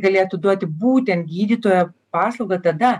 galėtų duoti būtent gydytojo paslaugą tada